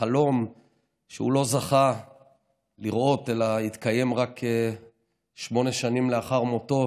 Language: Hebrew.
החלום שהוא לא זכה לראות אלא התקיים רק שמונה שנים לאחר מותו